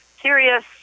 serious